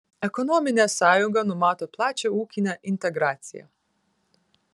ekonominė sąjunga numato plačią ūkinę integraciją